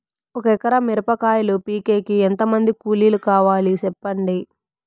ఒక ఎకరా మిరప కాయలు పీకేకి ఎంత మంది కూలీలు కావాలి? సెప్పండి?